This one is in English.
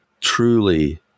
truly